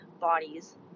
bodies